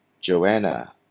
Joanna